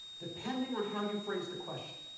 depending on how you phrase the question,